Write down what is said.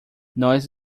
nós